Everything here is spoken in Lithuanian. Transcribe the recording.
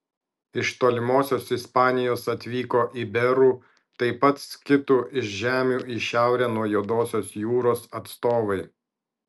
iš tolimosios ispanijos atvyko iberų taip pat skitų iš žemių į šiaurę nuo juodosios jūros atstovai